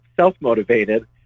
self-motivated